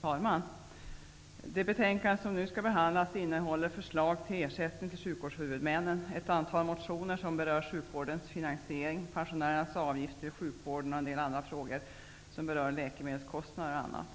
Fru talman! Det betänkande som nu skall behandlas innehåller förslag till ersättning till sjukvårdshuvudmännen, ett antal motioner som berör sjukvårdens finansiering, pensionärernas avgifter i sjukvården och en del andra frågor, som berör läkemedelskostnader och annat.